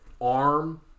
Arm